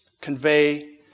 convey